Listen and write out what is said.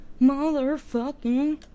motherfucking